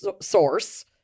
source